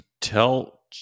Tell